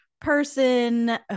person